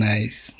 Nice